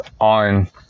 on